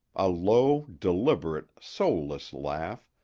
a low, deliberate, soulless laugh,